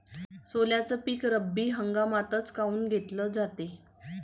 सोल्याचं पीक रब्बी हंगामातच काऊन घेतलं जाते?